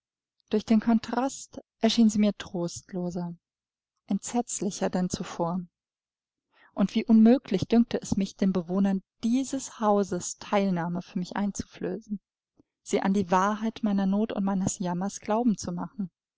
durch den kontrast erschien sie mir trostloser entsetzlicher denn zuvor und wie unmöglich dünkte es mich den bewohnern dieses hauses teilnahme für mich einzuflößen sie an die wahrheit meiner not und meines jammers glauben zu machen